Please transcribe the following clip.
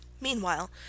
Meanwhile